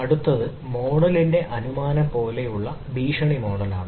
അടുത്തത് മോഡലിന്റെ അനുമാനം പോലെയുള്ള ഭീഷണി മോഡലാണ്